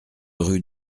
rue